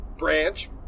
Branch